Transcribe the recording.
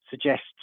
suggests